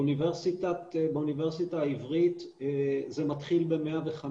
באוניברסיטה העברית זה מתחיל ב-105,